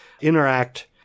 interact